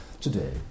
today